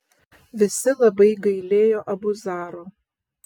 visi labai gailėjo abu zaro